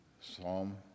Psalm